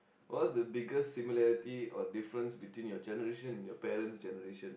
what's the biggest similarity or difference between your generation and your parents' generation